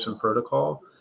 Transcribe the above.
protocol